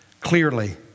clearly